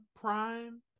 prime